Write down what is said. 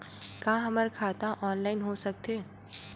का हमर खाता ऑनलाइन हो सकथे?